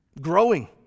growing